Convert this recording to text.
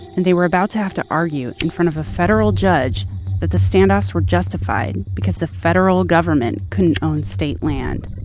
and they were about to have to argue in front of a federal judge that the standoffs were justified because the federal government couldn't own state land,